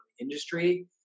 industry